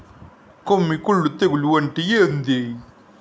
కొమ్మి కుల్లు తెగులు అంటే ఏంది?